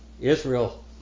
Israel